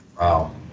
Wow